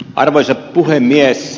arvoisa puhemies